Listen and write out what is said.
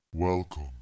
Welcome